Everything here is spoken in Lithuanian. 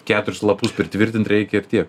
keturis lapus pritvirtint reikia ir tiek